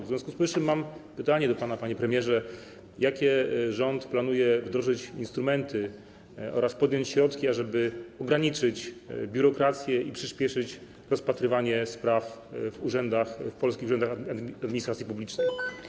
W związku z powyższym mam pytanie do pana, panie premierze, jakie rząd planuje wdrożyć instrumenty oraz podjąć środki, żeby ograniczyć biurokrację i przyspieszyć rozpatrywanie spraw w polskich urzędach administracji publicznej.